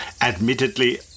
admittedly